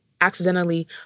accidentally